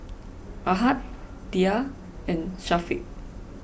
Ahad Dhia and Syafiq